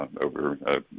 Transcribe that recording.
over